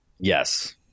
Yes